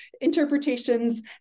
interpretations